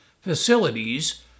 facilities